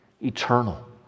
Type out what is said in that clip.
eternal